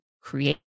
create